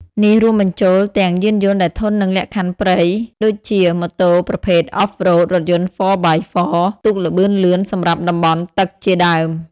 នេះរួមបញ្ចូលទាំង យានយន្តដែលធន់នឹងលក្ខខណ្ឌព្រៃ ដូចជា ម៉ូតូប្រភេទ Off-road រថយន្ត ហ្វ័រ បាយ ហ្វ័រ 4x4 ទូកល្បឿនលឿនសម្រាប់តំបន់ទឹកជាដើម។